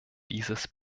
dieses